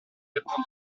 répandre